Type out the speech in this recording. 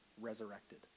resurrected